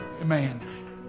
Amen